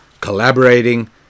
collaborating